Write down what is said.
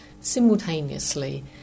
simultaneously